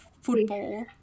football